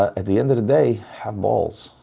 at the end of the day, have balls.